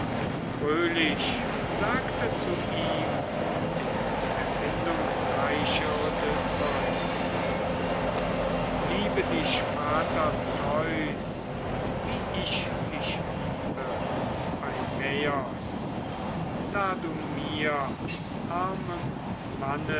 fröhlich sagte zu ihm der erfindungsreiche odysseus liebe dich vater zeus wie ich dich liebe eumaios da du mir armem manne